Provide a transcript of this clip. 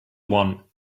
one